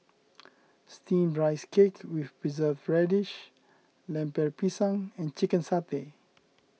Steamed Rice Cake with Preserved Radish Lemper Pisang and Chicken Satay